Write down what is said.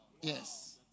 Yes